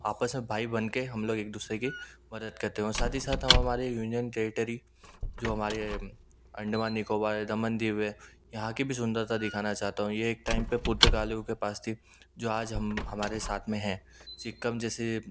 आपस में भाई बनके हम लोग एक दूसरे की मदद करते हैं और साथ ही साथ हम हमारे यूनियन टेरिटरी जो हमारे अंडमान निकोबार है दमन दीव है यहाँ की भी सुंदरता दिखाना चाहता हूँ ये एक टाइम पे पुर्तगालियों के पास थी जो आज हम हमारे साथ में है सिक्किम जैसे